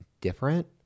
different